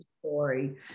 story